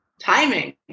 Timing